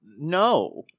No